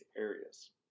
areas